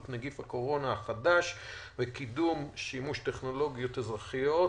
נגיף הקורונה החדש וקידום שימוש טכנולוגיות אזרחיות